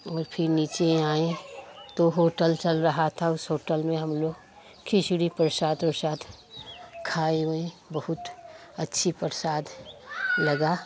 और फिर नीचे आएँ तो होटल चल रहा था उस होटल में हम लोग खिचड़ी प्रसाद ओरशाद खाए ओएँ बहुत अच्छी प्रसाद लगा